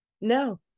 No